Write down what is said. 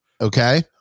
okay